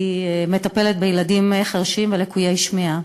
מטפלת בילדים חירשים ולקויי שמיעה.